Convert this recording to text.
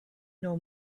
know